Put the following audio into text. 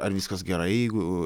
ar viskas gerai jeigu